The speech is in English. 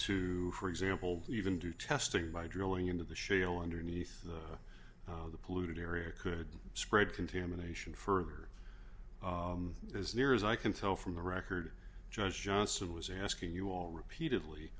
to for example even do testing by drilling into the shale underneath the polluted area could spread contamination further as near as i can tell from the record josh johnson was asking you all repeatedly